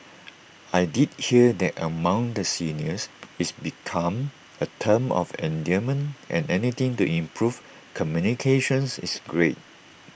I did hear that among the seniors it's become A term of endearment and anything to improve communications is great